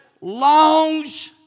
longs